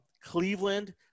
Cleveland